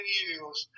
years